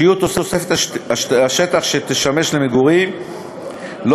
שיעור תוספת השטח שתשמש למגורים לא